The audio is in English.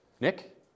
Nick